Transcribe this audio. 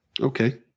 Okay